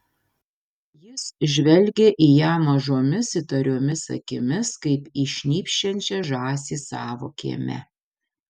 jis žvelgė į ją mažomis įtariomis akimis kaip į šnypščiančią žąsį savo kieme